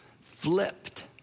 flipped